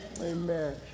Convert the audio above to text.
Amen